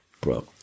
Bro